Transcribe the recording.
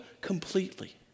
completely